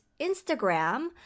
Instagram